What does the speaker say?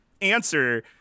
answer